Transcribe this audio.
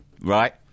right